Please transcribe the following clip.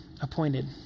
Appointed